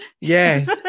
yes